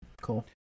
cool